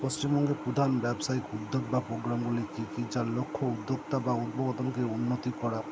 পশ্চিমবঙ্গের প্রধান ব্যবসায়িক উদ্যোগ বা প্রোগ্রামগুলি কি কি যার লক্ষ্য উদ্যোক্তা বা উন্নতি করা